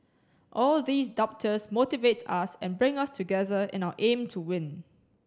all these doubters motivate us and bring us together in our aim to win